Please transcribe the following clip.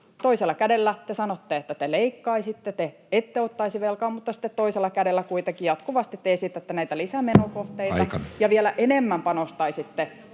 Toisella kädellä te sanotte, että te leikkaisitte, te ette ottaisi velkaa, mutta sitten toisella kädellä kuitenkin jatkuvasti te esitätte näitä lisämenokohteita [Puhemies: Aika!] ja vielä enemmän panostaisitte